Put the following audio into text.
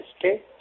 okay